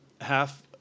half